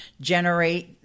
generate